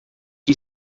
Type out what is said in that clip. que